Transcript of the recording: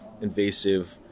invasive